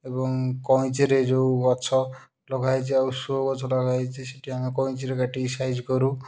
ଏବଂ କଇଁଚିରେ ଯୋଉ ଗଛ ଲଗାହୋଇଛି ଆଉ ସୋ ଗଛ ଲଗାହୋଇଛି ସେଠି ଆମେ କଇଁଚିରେ କାଟିକି ସାଇଜ୍ କରୁ